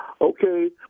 okay